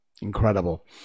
Incredible